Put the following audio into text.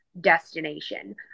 destination